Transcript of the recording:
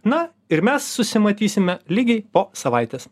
na ir mes susimatysime lygiai po savaitės